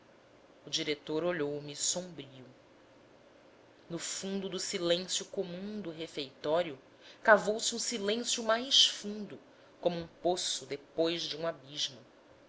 o diretor olhou-me sombrio no fundo do silêncio comum do refeitório cavou se um silêncio mais fundo como um poço depois de um abismo